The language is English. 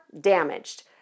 damaged